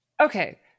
Okay